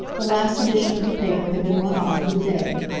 the last edition of the paper had been run off for the day.